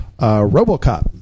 Robocop